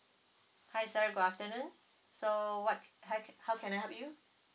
hi sorry good afternoon so what can how how can I help you